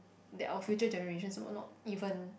that our future generations will not even